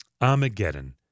Armageddon